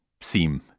seem